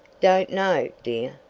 don't know, dear,